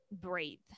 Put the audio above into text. breathe